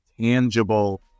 tangible